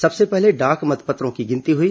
सबसे पहले डाक मतपत्रों की गिनती हुई